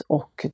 och